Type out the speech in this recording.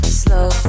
slow